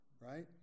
right